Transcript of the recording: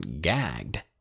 gagged